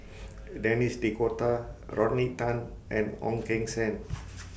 Denis D'Cotta Rodney Tan and Ong Keng Sen